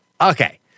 Okay